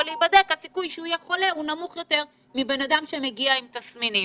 להיבדק יהיה חיובי נמוך יותר מבן אדם שמגיע עם תסמינים.